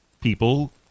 people